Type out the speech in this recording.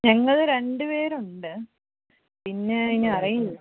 ഞങ്ങൾ രണ്ടുപേരുണ്ട് പിന്നെ ഇനി അറിയി